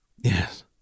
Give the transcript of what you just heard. Yes